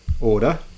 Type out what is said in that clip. order